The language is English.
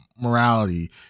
morality